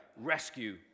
rescue